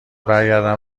برگردم